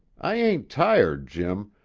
i ain't tired, jim,